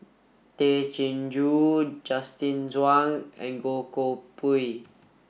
Tay Chin Joo Justin Zhuang and Goh Koh Pui